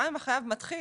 גם אם החייב מתחיל,